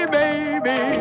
baby